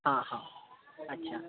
हा हा अच्छा